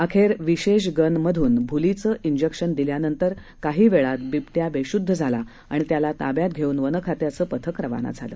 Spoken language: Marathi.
अखेर विशेष गन मधून भूलीचे इंजेक्शन दिल्यानंतर काही वेळात बिबट्या बेशुद्ध झाला आणि त्याला ताब्यात घेऊन वन खात्याचं पथक रवाना झालं